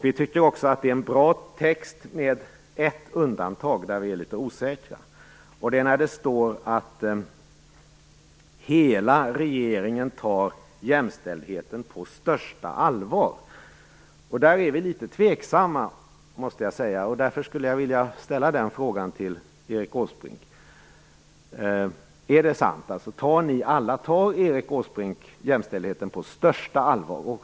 Vi tycker att det är en bra text - med ett undantag, där vi är litet osäkra. Det är när det står att hela regeringen tar jämställdheten på största allvar. Där är vi litet tveksamma, måste jag säga. Därför vill jag fråga Erik Åsbrink: Är detta sant? Tar ni alla, även Erik Åsbrink, jämställdheten på största allvar?